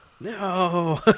No